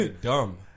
Dumb